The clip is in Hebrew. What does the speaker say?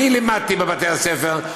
אני לימדתי בבתי הספר,